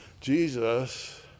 Jesus